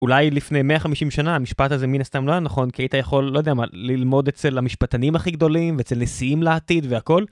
אולי לפני 150 שנה המשפט הזה מין הסתם לא היה נכון כי אתה יכול, לא יודע מה, ללמוד אצל המשפטנים הכי גדולים אצל נשיאים לעתיד והכל.